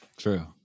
true